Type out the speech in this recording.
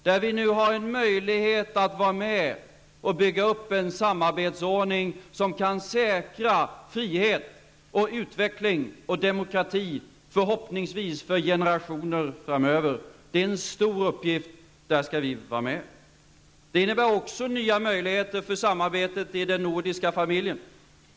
Där har vi nu en möjlighet att vara med att bygga upp en samarbetsordning som kan säkra frihet, utveckling och demokrati, förhoppningsvis för generationer framöver. Det är en stor uppgift. Där skall vi vara med. Det innebär också nya möjligheter för samarbetet i den nordiska familjen.